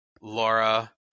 Laura